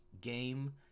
game